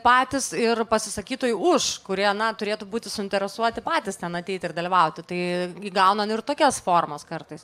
patys ir pasisakytojų už kurie na turėtų būti suinteresuoti patys ten ateit ir dalyvauti tai įgauna ir tokios formos kartais